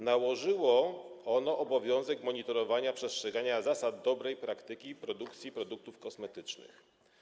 Nałożyło ono obowiązek monitorowania przestrzegania zasad dobrej praktyki produkcji produktów kosmetycznych.